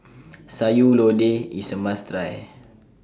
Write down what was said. Sayur Lodeh IS A must Try